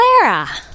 Clara